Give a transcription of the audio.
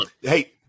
Hey